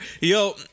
Yo